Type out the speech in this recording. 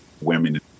women